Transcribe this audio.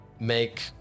make